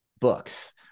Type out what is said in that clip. Books